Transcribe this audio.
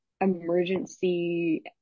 emergency